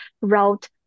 route